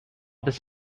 this